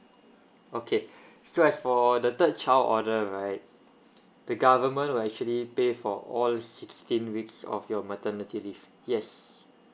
okay so as for the third child order right the government will actually pay for all sixteen weeks of your maternity leave yes